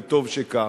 וטוב שכך.